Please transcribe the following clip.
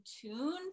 tune